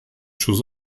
schuss